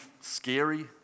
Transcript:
scary